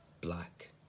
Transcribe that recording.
Black